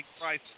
price